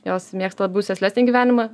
jos mėgsta abu sėslesnį gyvenimą